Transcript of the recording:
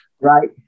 Right